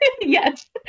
Yes